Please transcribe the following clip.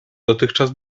dotychczas